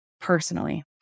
personally